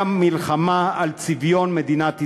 היא המלחמה על צביון מדינת ישראל.